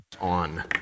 on